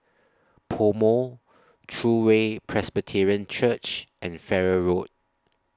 Pomo True Way Presbyterian Church and Farrer Road